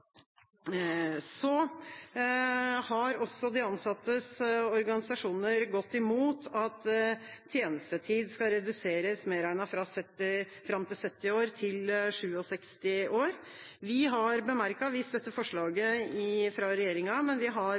De ansattes organisasjoner har også gått imot at medregnet tjenestetid skal reduseres fra 70 år til 67 år. Vi støtter forslaget fra regjeringa, men vi har bemerket at i hvert fall foreløpig er uførepensjonister delvis skjermet for levealdersjustering. Vi